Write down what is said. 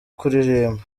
kuririmba